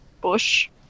bush